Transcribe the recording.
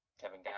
Kevin